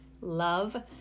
Love